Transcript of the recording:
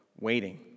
waiting